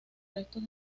restos